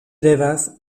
devas